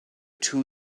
two